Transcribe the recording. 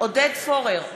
עודד פורר,